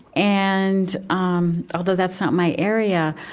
and um although that's not my area,